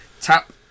tap